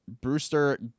Brewster